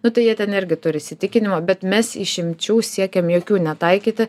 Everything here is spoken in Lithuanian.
nu tai jie ten irgi turi įsitikinimą bet mes išimčių siekiam jokių netaikyti